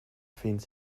finns